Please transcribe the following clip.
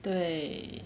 对